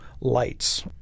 lights